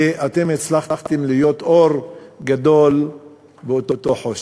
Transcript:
ואתם הצלחתם להיות אור גדול באותו חושך.